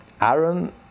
Aaron